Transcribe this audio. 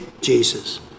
Jesus